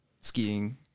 skiing